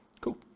Cool